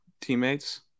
teammates